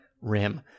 rim